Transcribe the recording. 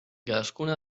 cadascuna